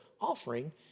offering